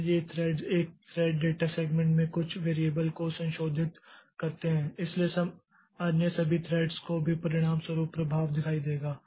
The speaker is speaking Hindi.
इसलिए थ्रेड्स एक थ्रेड डेटा सेगमेंट में कुछ वेरिएबल को संशोधित करते हैं इसलिए अन्य सभी थ्रेड्स को भी परिणामस्वरूप प्रभाव दिखाई देगा